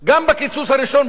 ביום יציאתנו לפגרה,